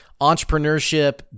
entrepreneurship